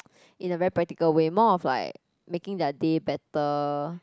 in a very practical way more of like making their day better